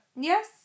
yes